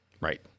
Right